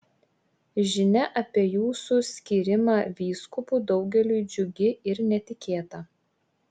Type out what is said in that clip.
žinia apie jūsų skyrimą vyskupu daugeliui džiugi ir netikėta